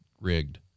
rigged